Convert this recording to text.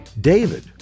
David